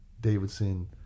Davidson